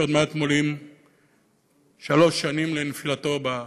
שעוד מעט מונים שלוש שנים לנפילתו בשבי.